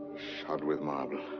shod with marble.